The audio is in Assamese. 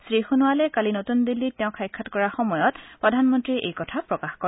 শ্ৰীসোণোৱালে কালি নতুন দিল্লীত তেওঁক সাক্ষাৎ কৰাৰ সময়ত প্ৰধানমন্তীয়ে এই কথা প্ৰকাশ কৰে